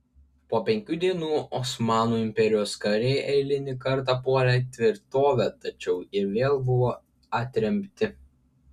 po penkių dienų osmanų imperijos kariai eilinį kartą puolė tvirtovę tačiau ir vėl buvo atremti